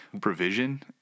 provision